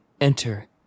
enter